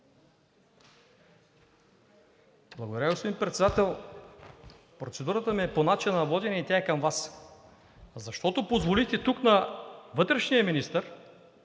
Благодаря, господин Председател. Процедурата ми е по начина на водене и тя е към Вас, защото позволихте тук на вътрешния министър